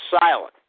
silent